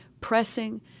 pressing